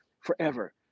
forever